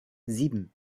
sieben